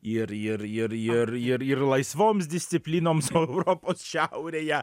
ir ir ir ir ir ir laisvoms disciplinoms europos šiaurėje